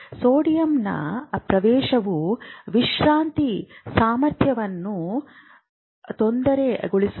ಸೋಡಿಯಂನ ಪ್ರವೇಶವು ವಿಶ್ರಾಂತಿ ಸಾಮರ್ಥ್ಯವನ್ನು ತೊಂದರೆಗೊಳಿಸುತ್ತದೆ